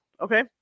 Okay